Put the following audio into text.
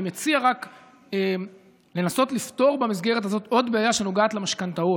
אני רק מציע לנסות לפתור במסגרת הזאת עוד בעיה שנוגעת למשכנתאות.